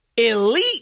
elite